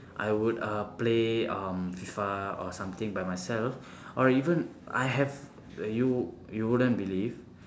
I would uh play um FIFA or something by myself or even I have you you wouldn't believe